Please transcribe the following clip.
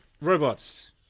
robots